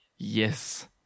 Yes